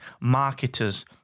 marketers